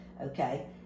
okay